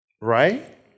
Right